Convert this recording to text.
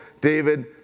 David